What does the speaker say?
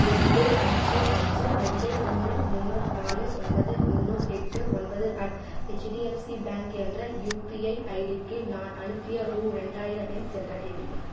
எட்டு அஞ்சு அஞ்சு ரெண்டு ஒன்று மூணு நாலு ஒன்பது மூணு எட்டு ஒன்பது அட் ஹெச்டிஎஃப்சி பேங்க் என்ற யுபிஐ ஐடிக்கு நான் அனுப்பிய ரூ ரெண்டாயிரம் ஏன் சென்றடையவில்லை